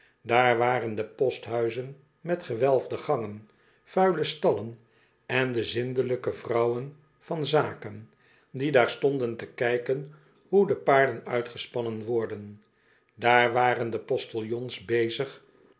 daar waren de posthuizen met gewelfde gangen vuile stallen en de zindelijke vrouwen van zaken die daar stonden te kijken hoe de paarden uitgespannen worden daar waren de postiljons bezig